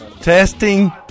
Testing